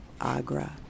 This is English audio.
Agra